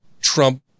Trump